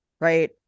Right